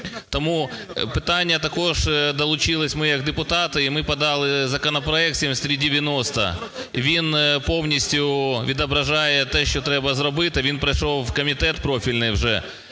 Тому питання також… долучилися ми як депутати, і ми подали законопроект 7390. Він повністю відображає те, що треба зробити, він пройшов комітет профільний вже.